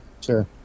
Sure